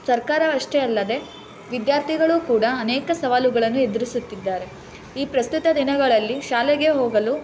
ಸರ್ಕಾರ ಅಷ್ಟೇ ಅಲ್ಲದೇ ವಿದ್ಯಾರ್ಥಿಗಳೂ ಕೂಡ ಅನೇಕ ಸವಾಲುಗಳನ್ನು ಎದುರಿಸುತ್ತಿದ್ದಾರೆ ಈ ಪ್ರಸ್ತುತ ದಿನಗಳಲ್ಲಿ ಶಾಲೆಗೆ ಹೋಗಲು